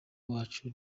wacu